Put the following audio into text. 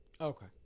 Okay